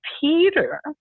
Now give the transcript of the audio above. Peter